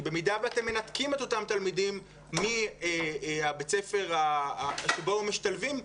כי במידה ואתם מנתקים את אותם תלמידים מבית הספר שבו הם משתלבים,